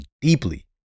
deeply